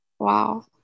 Wow